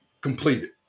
completed